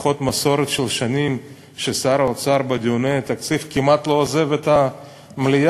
יש מסורת של שנים ששר האוצר בדיוני התקציב כמעט לא עוזב את המליאה,